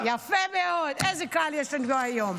יפה מאוד, איזה קהל יש לנו היום.